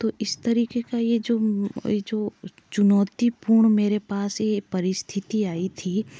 तो इस तरीके का ये जो चुनौती पूर्ण मेरे पास ये स्थिति आई थी